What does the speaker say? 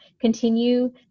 continue